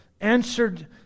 answered